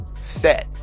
set